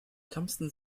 thompson